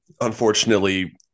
unfortunately